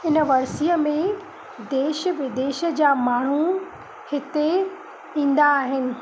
इन वर्सीअ में देश विदेश जा माण्हू हिते ईंदा आहिनि